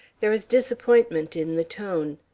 there was disappointment in the tone.